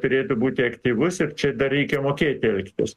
turėtų būti aktyvus ir čia dar reikia mokėti elgtis